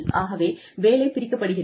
ஆகவே வேலை பிரிக்கப்படுகிறது